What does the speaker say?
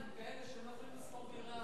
הן כאלה שהם לא יכולים לשכור דירה.